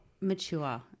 mature